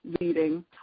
leading